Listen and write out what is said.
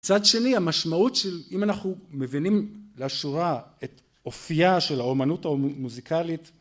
מצד שני המשמעות של אם אנחנו מבינים לאשורה את אופייה של האומנות המוזיקלית,